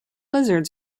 lizards